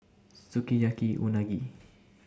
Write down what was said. Sukiyaki Unagi